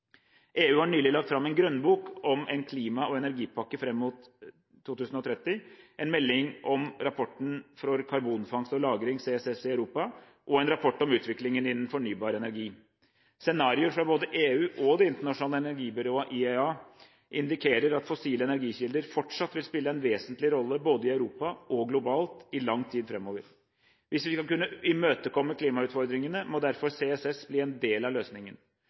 EU har nylig lagt fram en grønnbok om en klima- og energipakke fram mot 2030, en melding om framtiden for karbonfangst og lagring, CCS, i Europa og en rapport om utviklingen innen fornybar energi. Scenarioer både fra EU og Det internasjonale energibyrået, IEA, indikerer at fossile energikilder fortsatt vil spille en vesentlig rolle både i Europa og globalt i lang tid framover. Hvis vi skal kunne imøtekomme klimautfordringene, må derfor CCS bli en del av løsningen.